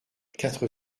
quatre